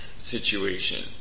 situation